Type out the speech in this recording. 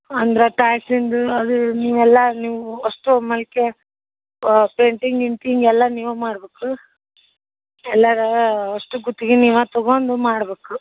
ಅಂದರೆ ಟ್ಯಾಕ್ಸಿಂದ ಅದು ನೀವೆಲ್ಲ ನೀವು ಅಷ್ಟು ಮಲ್ಕ್ಯ ಪೇಟಿಂಗ್ ಗೀಟಿಂಗ್ ಎಲ್ಲ ನೀವು ಮಾಡ್ಬೇಕು ಎಲ್ಲರ ಅಷ್ಟು ಗುತ್ಗಿ ನೀವಾ ತಗೊಂಡು ಮಾಡ್ಬೇಕು